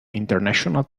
international